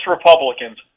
Republicans